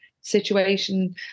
situation